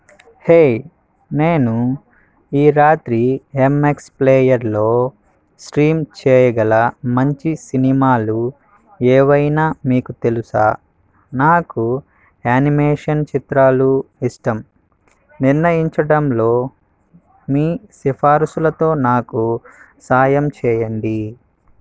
హే నేను ఈ రాత్రి యమ్ఎక్స్ ప్లేయర్లో స్ట్రీమ్ చేయగల మంచి సినిమాలు ఏవైనా మీకు తెలుసా నాకు యానిమేషన్ చిత్రాలు ఇష్టం నిర్ణయించడంలో మీ సిఫారసులతో నాకు సాయం చేయండి